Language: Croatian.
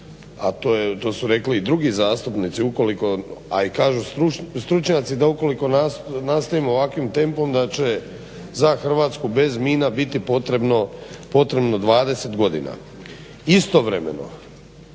a to su rekli i drugi zastupnici a i kažu stručnjaci da ukoliko nastavimo ovakvim tempom da će za Hrvatsku bez mina biti potrebno 20 godina. Istovremeno